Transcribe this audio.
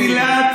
חוק פסילת,